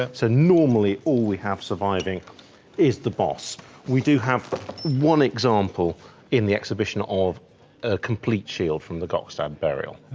ah so normally all we have surviving is the boss we do have one example in the exhibition of a complete shield from the gokstad burial.